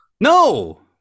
no